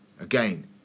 again